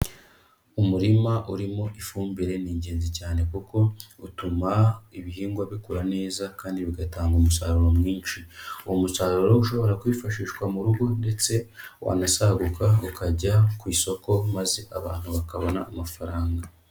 Umurima urimo ifumbire ni ingenzi cyane kuko utuma ibihingwa bikura neza kandi bigatanga umusaruro mwinshi. Uwo musaruro ushobora kwifashishwa mu rugo ndetse wanasaguka ukajya ku isoko, maze abantu bakabona amafaranga.